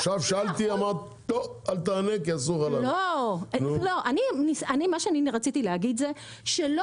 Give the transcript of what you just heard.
מה שאני רציתי להגיד זה,